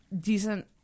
decent